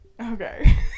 Okay